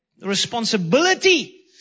responsibility